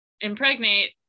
impregnate